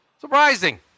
Surprising